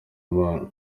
imana